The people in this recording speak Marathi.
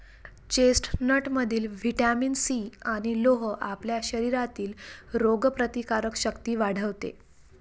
चेस्टनटमधील व्हिटॅमिन सी आणि लोह आपल्या शरीरातील रोगप्रतिकारक शक्ती वाढवते